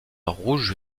rouge